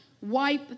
wipe